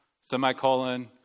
semicolon